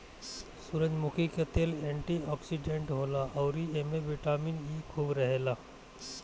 सूरजमुखी के तेल एंटी ओक्सिडेंट होला अउरी एमे बिटामिन इ खूब रहेला